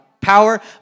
power